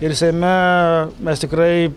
ir seime mes tikrai